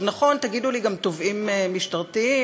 נכון, תגידו לי גם תובעים משטרתיים.